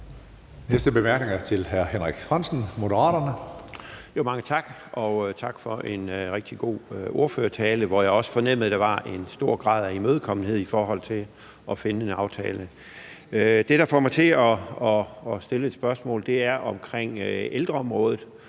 korte bemærkning er til hr. Henrik Frandsen, Moderaterne. Kl. 15:34 Henrik Frandsen (M): Mange tak, og tak for en rigtig god ordførertale, hvor jeg også fornemmede der var en stor grad af imødekommenhed i forhold til at finde en aftale. Det, der får mig til at stille et spørgsmål, er ældreområdet,